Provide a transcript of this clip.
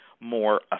more